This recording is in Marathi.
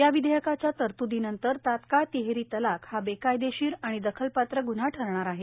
या विषेयकाच्या तरतुदीनंतर ताल्काळ तिहेरी तलाक हा वेकायदेशीर आणि दखलपात्र गुन्हा ठरणार आहे